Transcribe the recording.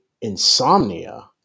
insomnia